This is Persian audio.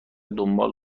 دنبال